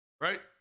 Right